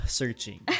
searching